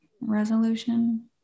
resolution